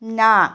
না